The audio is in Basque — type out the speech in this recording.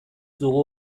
dugu